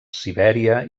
sibèria